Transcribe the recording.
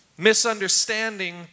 Misunderstanding